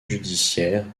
judiciaire